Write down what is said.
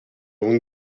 اون